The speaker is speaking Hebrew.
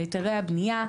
בהיתרי הבנייה,